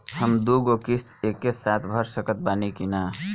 हम दु गो किश्त एके साथ भर सकत बानी की ना?